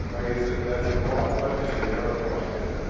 i guess that's a broad question and a narrow question.